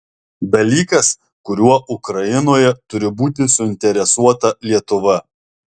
dalykas kuriuo ukrainoje turi būti suinteresuota lietuva